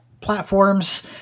platforms